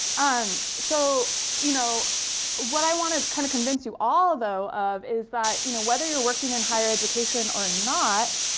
um so you know what what i want to kind of convince you all, though, of is that you know whether you're working in higher education or not,